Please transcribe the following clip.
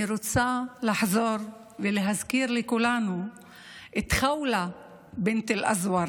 אני רוצה לחזור ולהזכיר לכולנו את ח'אולה בינת אל-אזוואר,